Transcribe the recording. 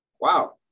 wow